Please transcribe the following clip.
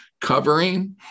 covering